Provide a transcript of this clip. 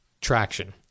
traction